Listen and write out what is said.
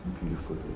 beautifully